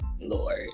Lord